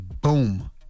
Boom